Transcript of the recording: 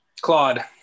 Claude